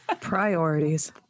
priorities